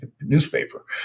newspaper